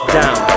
down